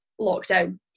lockdown